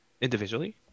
individually